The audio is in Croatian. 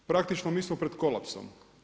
Praktično mi smo pred kolapsom.